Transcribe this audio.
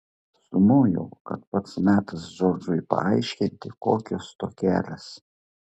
sumojau kad pats metas džordžui paaiškinti kokios tokelės